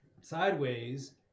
sideways